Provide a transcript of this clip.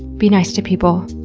be nice to people.